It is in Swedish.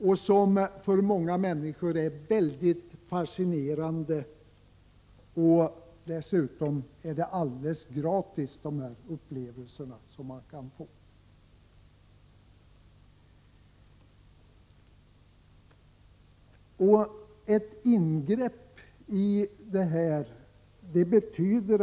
Dessa områden är för många människor mycket fascinerande, och dessutom är de upplevelser som man kan få här helt gratis.